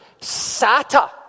sata